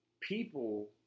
people